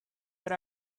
but